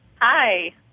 Hi